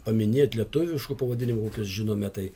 paminėt lietuviškų pavadinimų kokius žinome tai